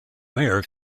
mayor